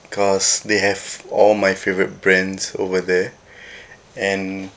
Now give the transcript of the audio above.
cause they have all my favourite brands over there and